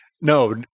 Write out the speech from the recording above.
no